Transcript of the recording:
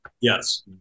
Yes